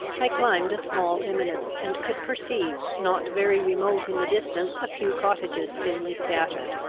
i climbed a small eminence, and could perceive, not very remote in the distance, a few cottages thinly scattered.